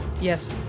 Yes